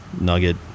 Nugget